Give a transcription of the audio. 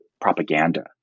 propaganda